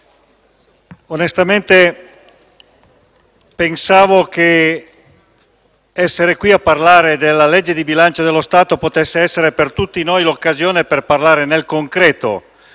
onestamente pensavo che essere qui a parlare della legge di bilancio dello Stato potesse essere per tutti noi l'occasione per parlare nel concreto